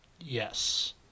Yes